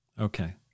Okay